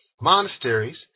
monasteries